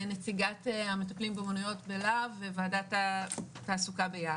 נציגת המטפלים באומנויות בלהב ובוועדת התעסוקה ביה"ת,